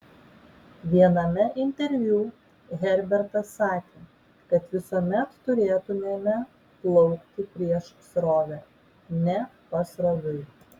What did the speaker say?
viename interviu herbertas sakė kad visuomet turėtumėme plaukti prieš srovę ne pasroviui